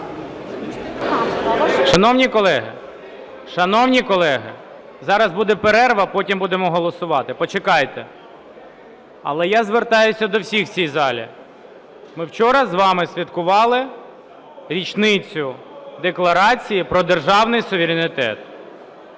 Шановні колеги, зараз буде перерва, потім будемо голосувати. Почекайте. Але я звертаюся до всіх в цій залі. Ми вчора з вами святкували річницю Декларації про державний суверенітет.